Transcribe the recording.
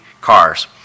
Cars